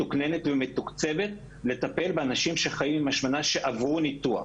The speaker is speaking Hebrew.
מתוקננת ומתוקצבת לטפל באנשים שחיים עם השמנה שעברו ניתוח.